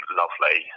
lovely